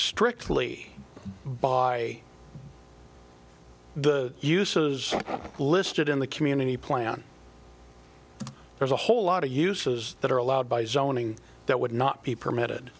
strictly by the uses listed in the community plan there's a whole lot of uses that are allowed by zoning that would not be permitted